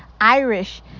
Irish